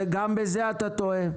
גם בזה אתה טועה.